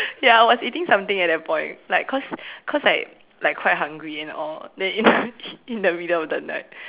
ya I was eating something at that point like cause cause like like quite hungry and all then you know in the in the middle of the night